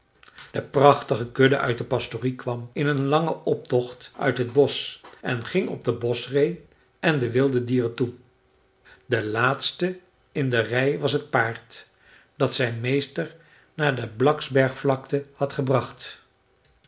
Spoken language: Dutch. de prachtige kudde uit de pastorie kwam in een langen optocht uit het bosch en ging op de boschree en de wilde dieren toe de laatste in de rij was het paard dat zijn meester naar de blacksbergvlakte had gebracht